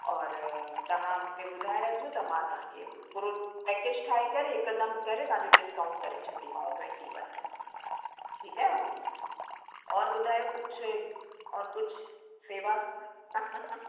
और तव्हां मूंखे ॿुधाए रखिजो त मां तव्हां खे पूरो पैकेज ठाहे करे हिकदमि करे तव्हां जो डिस्काउंट करे छॾंदीमांव ट्वेंटी परसेंट ठीकु आहे भाभी और ॿुधायो कुझु और कुझु सेवा